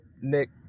Nick